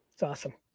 it's awesome.